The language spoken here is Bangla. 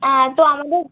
তো আমাদের